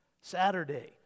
Saturday